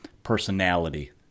Personality